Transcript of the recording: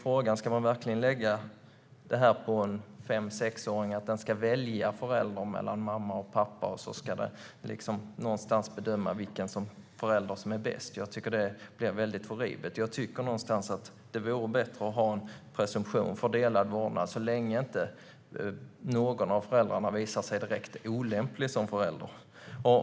Frågan är om man verkligen ska lägga det på en fem eller sexåring att välja förälder, mamma eller pappa, och att det någonstans ska bedömas vilken förälder som är bäst. Jag tycker att det blir horribelt och att det vore bättre att ha en presumtion för delad vårdnad så länge inte någon av föräldrarna visar sig direkt olämplig som förälder.